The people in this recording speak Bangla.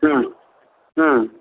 হুম হুম